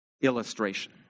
illustration